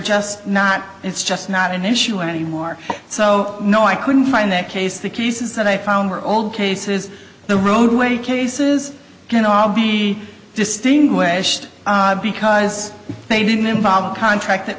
just not it's just not an issue anymore so no i couldn't find that case the cases that i found were old cases the roadway cases can all be distinguished because as they didn't involve a contract that